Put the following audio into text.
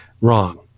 wrong